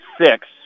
six